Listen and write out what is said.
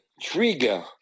trigger